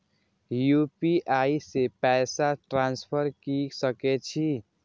UPI से पैसा transfer की सके छी?